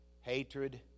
Hatred